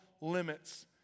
limits